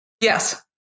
Yes